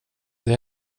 det